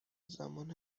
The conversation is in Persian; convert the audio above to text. زمان